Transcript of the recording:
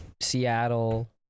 Seattle